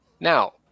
now